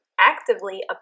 actively